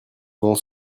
vent